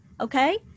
okay